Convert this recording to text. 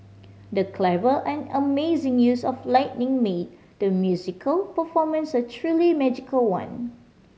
the clever and amazing use of lighting made the musical performance a truly magical one